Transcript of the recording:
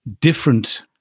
different